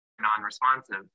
non-responsive